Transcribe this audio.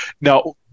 Now